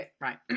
Right